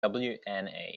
wna